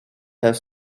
have